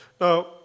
Now